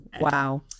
wow